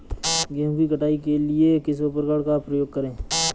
गेहूँ की कटाई करने के लिए किस उपकरण का उपयोग करें?